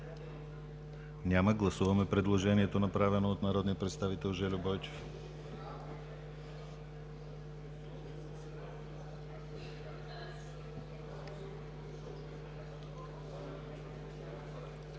Няма. Гласуваме предложението, направено от народния представител Жельо Бойчев.